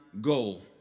goal